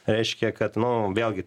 reiškia kad nu vėlgi